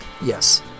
yes